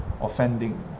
offending